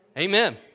Amen